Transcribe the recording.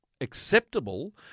acceptable